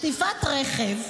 שטיפת רכב,